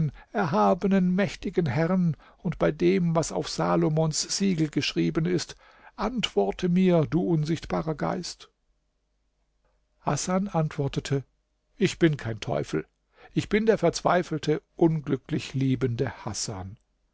erhabenen mächtigen herrn und bei dem was auf salomons siegel geschrieben ist antworte mir du unsichtbarer geist hasan antwortete ich bin kein teufel ich bin der verzweifelte unglücklich liebende hasan